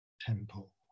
temple